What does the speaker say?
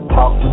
Talk